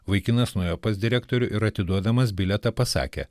vaikinas nuėjo pas direktorių ir atiduodamas bilietą pasakė